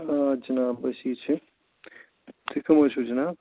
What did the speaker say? آ جِناب أسی چھِ تُہۍ کٕم حظ چھو جناب